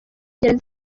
gereza